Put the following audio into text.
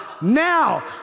Now